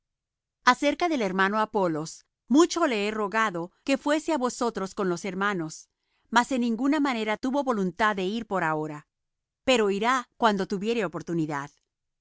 acerca del hermano apolos mucho le he rogado que fuese á vosotros con los hermanos mas en ninguna manera tuvo voluntad de ir por ahora pero irá cuando tuviere oportunidad